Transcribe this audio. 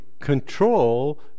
control